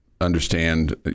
understand